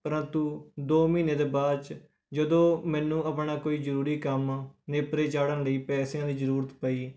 ਪਰੰਤੂ ਦੋ ਮਹੀਨੇ ਦੇ ਬਾਅਦ 'ਚ ਜਦੋਂ ਮੈਨੂੰ ਆਪਣਾ ਕੋਈ ਜ਼ਰੂਰੀ ਕੰਮ ਨੇਪਰੇ ਚਾੜ੍ਹਨ ਲਈ ਪੈਸਿਆਂ ਦੀ ਜ਼ਰੂਰਤ ਪਈ